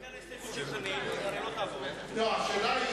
תצביע על ההסתייגות של חנין, ואם היא